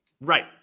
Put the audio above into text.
Right